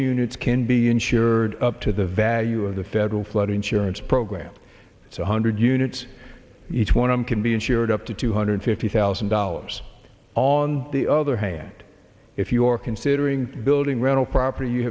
units can be insured up to the value of the federal flood insurance program it's one hundred units each one can be insured up to two hundred fifty thousand dollars on the other hand if you're considering building rental property you